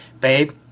babe